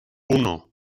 uno